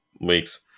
weeks